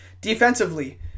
Defensively